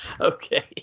Okay